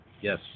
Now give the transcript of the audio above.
Yes